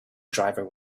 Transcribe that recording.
driver